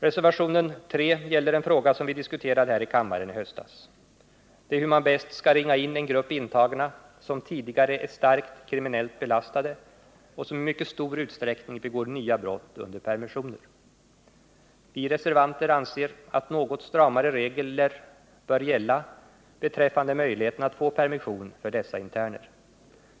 Reservationen 3 gäller en fråga som vi diskuterade här i kammaren i december, nämligen frågan om hur man bäst skall ringa in den grupp intagna som tidigare är starkt kriminellt belastad och som i mycket stor utsträckning begår nya brott under permissioner. Vi reservanter anser att något stramare regler beträffande möjligheten att få permission bör gälla för dessa interner.